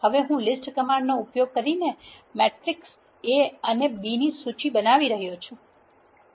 હવે હું લીસ્ટ કમાન્ડનો ઉપયોગ કરીને મેટ્રિસીસ A અને B ની સૂચિ બનાવી રહ્યો છું